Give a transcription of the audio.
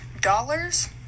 Dollars